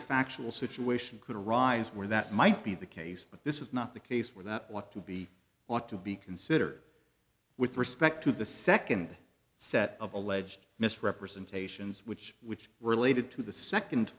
factual situation could arise where that might be the case but this is not the case where that want to be want to be considered with respect to the second set of alleged misrepresentations which which related to the second